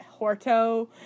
Horto